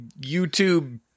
YouTube